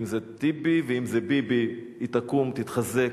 אם זה טיבי ואם זה ביבי, היא תקום, תתחזק.